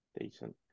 Decent